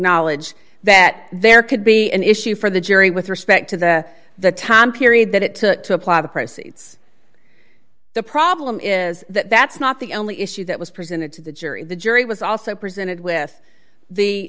acknowledge that there could be an issue for the jury with respect to the the time period that it took to apply the proceeds the problem is that that's not the only issue that was presented to the jury the jury was also presented with the